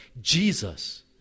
Jesus